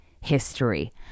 history